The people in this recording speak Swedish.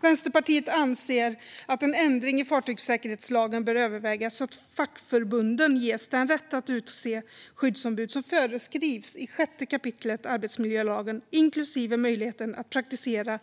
Vänsterpartiet anser att en ändring i fartygssäkerhetslagen bör övervägas så att fackförbunden ges den rätt att utse skyddsombud som föreskrivs i 6 kap. arbetsmiljölagen, inklusive möjligheten att praktisera